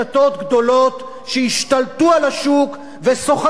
שהשתלטו על השוק וסוחטות את הוצאות הספרים.